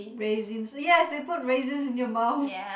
raisins yes they put raisins in your mouth